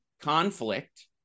conflict